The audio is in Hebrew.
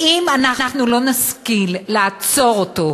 ואם אנחנו לא נשכיל לעצור אותו,